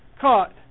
caught